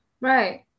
right